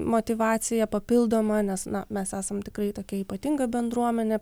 motyvaciją papildomą nes na mes esam tikrai tokia ypatinga bendruomenė